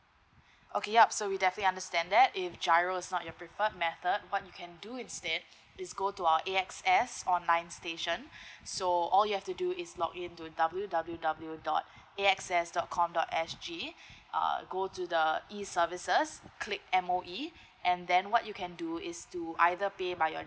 okay yup so we deathly understand that if G_I_R_O is not your preferred method what you can do instead is go to our A_X_S online station so all you have to do is log into W W W dot A X S dot com dot S G err go to the E services click M_O_E and then what you can do is to either pay by your